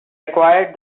acquired